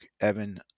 Evan